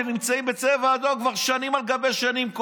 שנמצאים בצבע אדום כבר שנים על גבי שנים,